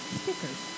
stickers